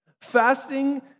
Fasting